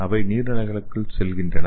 அவை நீர்நிலைகளுக்குள் செல்கின்றன